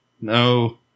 no